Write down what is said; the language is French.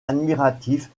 admiratif